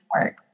work